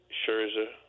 Scherzer